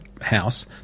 house